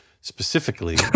specifically